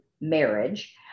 marriage